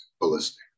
ballistic